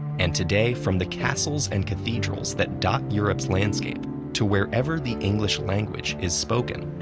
and today, from the castles and cathedrals that dot europe's landscape to wherever the english language is spoken,